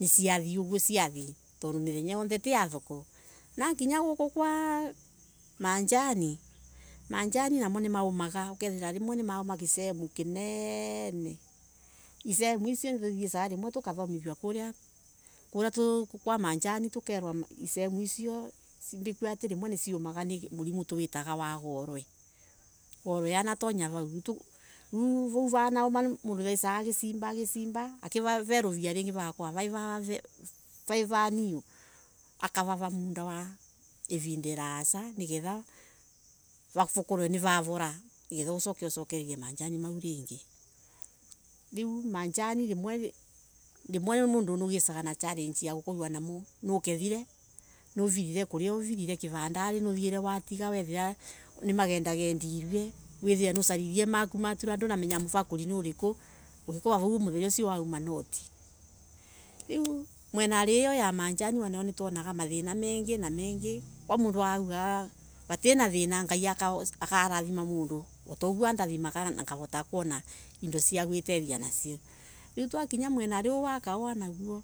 ni ciathe uguo ciathie tondo mithenya othe ti ya thoko na kinya guku kwa majani, majani namo nimaumaga ugakora rimwe nimauma ki sehemu kineene I sehemu icio nitu thiesaga tukathomithwa kuria kwa majani tukathomithua tukerwa I sehemu icio nisiumaga tondo wa murimo wetagwa gorwe. gorwe yanatonya vau, riu vanauma mundu niathiesaga agesimba akiveluvia lingi vaka korwa vai vai va niu. aka vava ivida irasa niketha ucokeririe majani mau lingi, riu majani rimwe mundu niugisaga na challenge ya gukora niukethile wa vila na uko Kivandari withire nimavakulile na nduramenya muvakuri ni uriku koguo muthenya usio wauma noti, riu mwenali ya majani ni twonaga thina nyingi kwa mundu augaga nga akarathima mundo tuguo andathimaga, ngavota kwona indo cia gwetethia nasio riu twakinya mwenali WA kahowa naguo